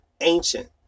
ancient